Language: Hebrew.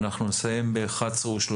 אנחנו נסיים ב-11:30,